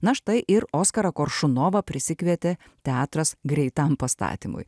na štai ir oskarą koršunovą prisikvietė teatras greitam pastatymui